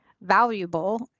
valuable